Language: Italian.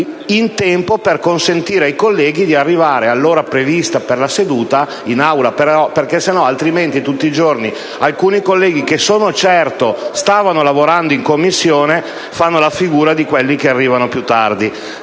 in tempo per consentire ai colleghi di arrivare all'ora prevista per la seduta in Aula, altrimenti tutti i giorni alcuni colleghi, che sono certo stavano lavorando in Commissione, fanno la figura di quelli che arrivano più tardi.